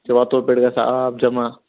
ییٚتہِ چھِ وَتو پٮ۪ٹھ گَژھان آب جَمَع